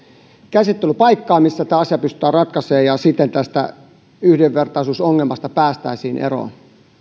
käsittelypaikkaan missä tämä asia pystytään ratkaisemaan ja siten tästä yhdenvertaisuusongelmasta päästäisiin eroon